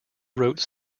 wrote